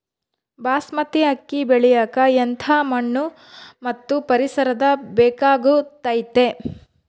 ಬಾಸ್ಮತಿ ಅಕ್ಕಿ ಬೆಳಿಯಕ ಎಂಥ ಮಣ್ಣು ಮತ್ತು ಪರಿಸರದ ಬೇಕಾಗುತೈತೆ?